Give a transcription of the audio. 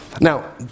Now